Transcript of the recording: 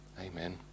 Amen